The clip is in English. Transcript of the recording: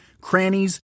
crannies